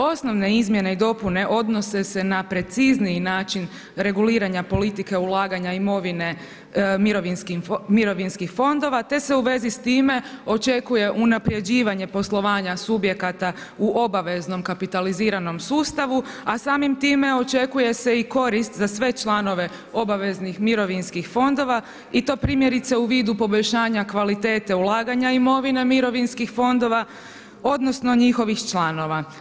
Osnovne izmjene i dopune odnose se na precizniji način reguliranja politike ulaganja imovine mirovinskih fondova te se u vezi s time očekuje unapređivanje poslovanja subjekata u obaveznom kapitaliziranom sustavu a samim time očekuje se i korist za sve članove obaveznih mirovinskih fondova i to primjerice u vidu poboljšanja kvalitete ulaganja imovine mirovinskih fondova odnosno njihovih članova.